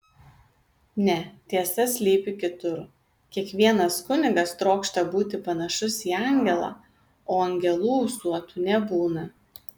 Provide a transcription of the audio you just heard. ne tiesa slypi kitur kiekvienas kunigas trokšta būti panašus į angelą o angelų ūsuotų nebūna